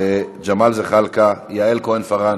ג'מאל זחאלקה, יעל כהן-פארן,